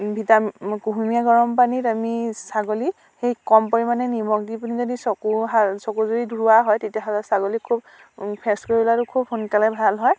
vitamin কুহুমীয়া গৰম পানীত আমি ছাগলী সেই কম পৰিমাণে নিমখ দি পিনে যদি চকুহাল চকুজুৰি ধোৱা হয় তেতিয়াহ'লে ছাগলী খুব ফেচকুৰি ওলালেও খুব সোনকালে ভাল হয়